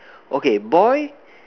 okay boy